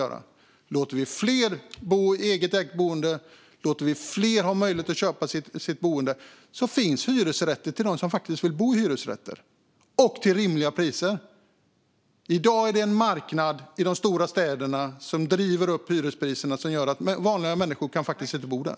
Om vi låter fler bo i egenägt boende och ger fler möjlighet att köpa sitt boende finns det hyresrätter till dem som faktiskt vill bo i hyresrätter - och det till rimliga priser. I dag är det en marknad i de stora städerna som driver upp hyrespriserna, vilket gör att vanliga människor inte kan bo där.